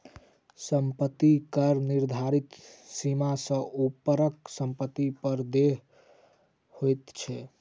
सम्पत्ति कर निर्धारित सीमा सॅ ऊपरक सम्पत्ति पर देय होइत छै